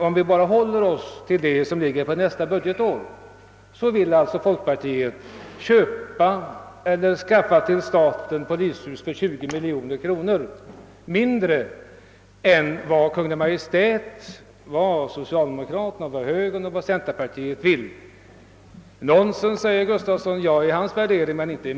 Om vi håller oss till det som avser nästa budgetår vill alltså folkpartiet att staten skall skaffa polishus för 20 miljoner kronor mindre än vad Kungl. Maj:t, socialdemokraterna, högern och centerpartiet vill. Detta påstående är nonsens, säger herr Gustafsson. Det är hans värdering men inte min.